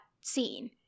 scene